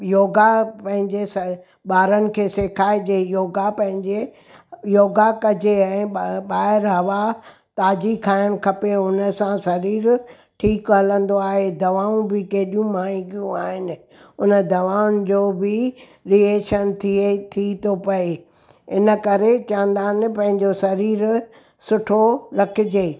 योगा पंहिंजे शर ॿारनि खे सेखारिजे योगा पंहिंजे योगा करिजे ऐं ॿ ॿाहिरि हवा ताज़ी खाइणु खपे हुन सां शरीरु ठीकु हलंदो आहे दवाऊं बि कहिड़ियूं महांगियूं आहिनि हुन दवाउनि जो बि रिएशन थिए थी थो पए हिन करे चवंदा आहिनि पंहिंजो शरीरु सुठो रखिजे